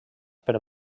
per